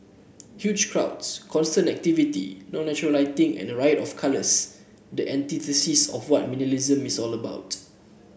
huge crowds constant activity no natural lighting and a riot of colours the antithesis of what miss all about